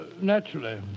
naturally